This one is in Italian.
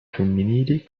femminili